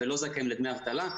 ולא זכאים לדמי אבטלה.